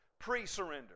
Pre-surrender